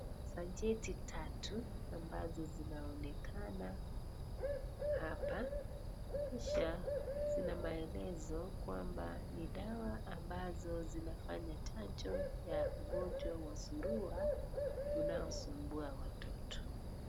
Sacheti tatu ambazo zinaonekana hapa kisha zina maelezo kwamba ni dawa ambazo zinafanya chanjo wa ugonjwa wa surua unaosumbua watoto.